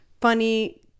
funny